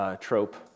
trope